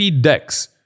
decks